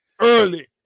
early